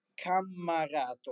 camarato